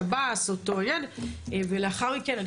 שב"ס ולאחר מכן,